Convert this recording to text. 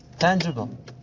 Tangible